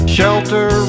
Shelter